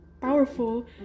powerful